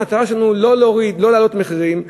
המטרה שלנו היא לא להעלות מחירים,